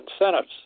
incentives